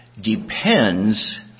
depends